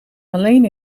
alleen